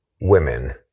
women